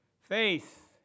faith